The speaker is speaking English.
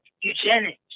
Eugenics